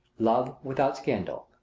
love without scandal,